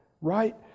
right